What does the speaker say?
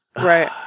Right